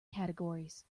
categories